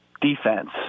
defense